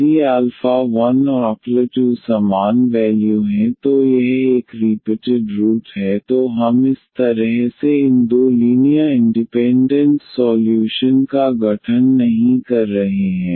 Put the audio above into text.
यदि 1 और 2 समान वैल्यू हैं तो यह एक रीपिटेड रूट है तो हम इस तरह से इन दो लीनियर इंडिपेंडेंट सॉल्यूशन का गठन नहीं कर रहे हैं